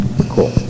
Cool